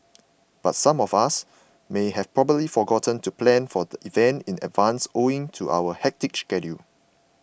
but some of us may have probably forgotten to plan for the event in advance owing to our hectic schedule